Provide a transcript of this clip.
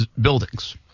buildings